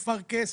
מפרכס,